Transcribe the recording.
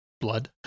blood